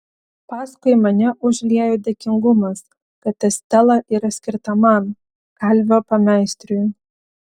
paskui mane užliejo dėkingumas kad estela yra skirta man kalvio pameistriui